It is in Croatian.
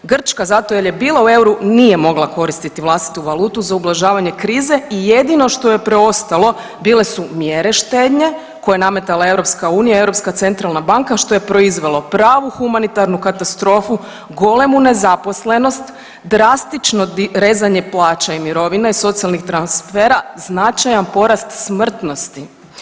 Grčka zato jer je bila u euru nije mogla koristiti vlastitu valutu za ublažavanje krize i jedino što joj je preostalo bile su mjere štednje koje je nametala EU i Europska centralna banka što je proizvelo pravu humanitarnu katastrofu, golemu nezaposlenost, drastično rezanje plaća i mirovine i socijalnih transfera, značajan porast smrtnosti.